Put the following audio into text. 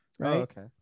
Okay